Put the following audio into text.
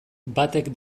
batek